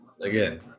again